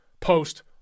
post